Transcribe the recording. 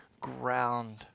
ground